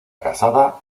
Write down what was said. casada